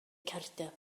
cardiau